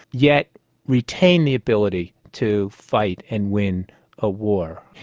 yet retain the ability to fight and win a war.